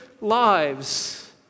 lives